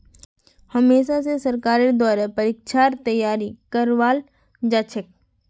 हमेशा स सरकारेर द्वारा परीक्षार तैयारी करवाल जाछेक